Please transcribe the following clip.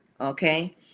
okay